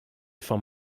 vom